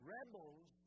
Rebels